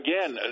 Again